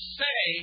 say